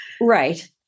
Right